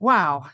Wow